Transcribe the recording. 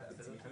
הפנייה